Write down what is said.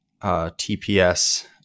TPS